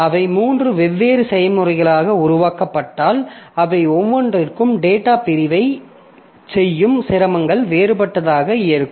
அவை மூன்று வெவ்வேறு செயல்முறைகளாக உருவாக்கப்பட்டால் அவை ஒவ்வொன்றிற்கும் டேட்டாப் பிரிவைச் செய்யும் சிரமங்கள் வேறுபட்டதாக இருக்கும்